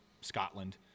Scotland